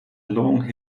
long